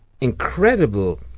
incredible